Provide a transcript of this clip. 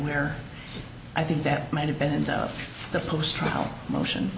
where i think that might have been in the post trial motion